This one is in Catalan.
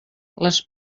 les